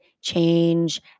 change